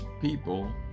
people